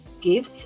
gifts